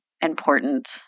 important